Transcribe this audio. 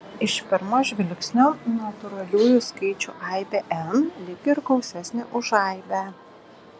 iš pirmo žvilgsnio natūraliųjų skaičių aibė n lyg ir gausesnė už aibę